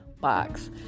box